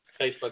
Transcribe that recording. Facebook